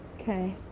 okay